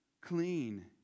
clean